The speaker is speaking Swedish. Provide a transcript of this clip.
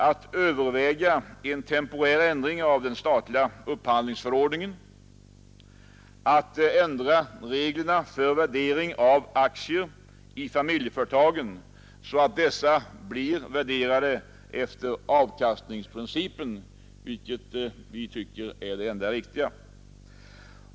Att överväga en temporär ändring av den statliga upphandlingsförordningen. Att ändra reglerna för värdering av aktier i familjeföretagen så att dessa blir värderade efter avkastningsprincipen, vilket vi tycker är det enda riktiga.